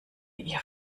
ihr